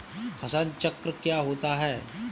फसल चक्र क्या होता है?